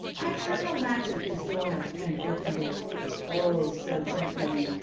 i turned the latch of his door and opened it oh so gently!